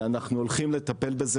ואנחנו הולכים לטפל בזה,